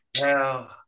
Now